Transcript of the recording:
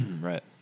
right